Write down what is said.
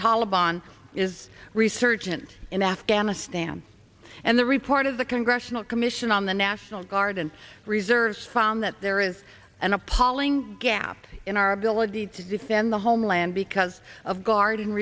taliban is resurgent in afghanistan and the report of the congressional commission on the national guard and reserves found that there is an appalling gap in our ability to defend the homeland because of guard and